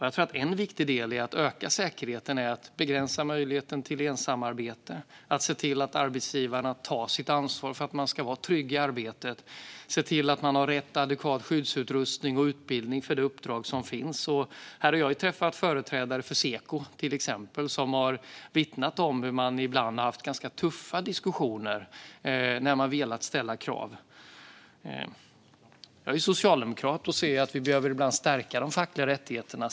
Jag tror att en viktig del i att öka säkerheten är att begränsa möjligheten till ensamarbete, att se till att arbetsgivarna tar sitt ansvar för att man ska vara trygg i arbetet och ser till att man har rätt och adekvat skyddsutrustning och utbildning för uppdraget. Jag har träffat företrädare för Seko, till exempel, som har vittnat om hur de ibland har haft ganska tuffa diskussioner när de velat ställa krav. Jag är socialdemokrat och ser att vi ibland behöver stärka de fackliga rättigheterna.